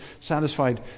satisfied